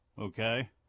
okay